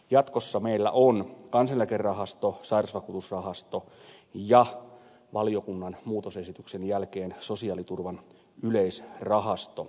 jatkossa meillä on kansaneläkerahasto sairausvakuutusrahasto ja valiokunnan muutosesityksen jälkeen sosiaaliturvan yleisrahasto